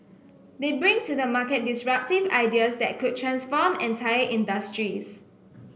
they bring to the market disruptive ideas that could transform entire industries